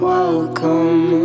Welcome